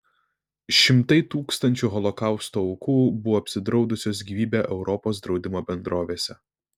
šimtai tūkstančių holokausto aukų buvo apsidraudusios gyvybę europos draudimo bendrovėse